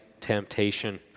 temptation